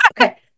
Okay